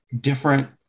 different